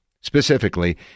Specifically